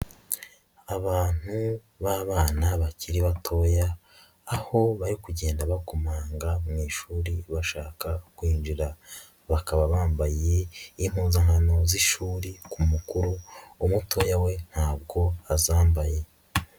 Abantu b'abana bakiri batoya, aho bari kugenda bakomanga mu ishuri bashaka kwinjira. Bakaba bambaye impuzankano z'ishuri ku mukuru, umutoya we ntabwo azambaye.